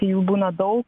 jų būna daug